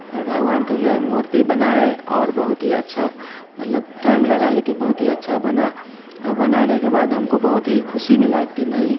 और भगवान का जो है मूर्ति बनाएं और बहुत ही अच्छा मतलब टाइम लगा लेकिन बहुत ही अच्छा बना बनाने के बाद हमको बहुत ही खुशी मिला कि नहीं